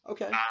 Okay